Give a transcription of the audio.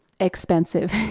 expensive